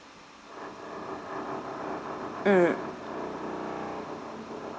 mm